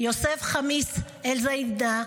יוסף חמיס אל-זיאדנה,